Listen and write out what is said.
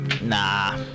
Nah